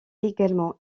également